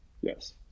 Yes